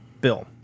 Bill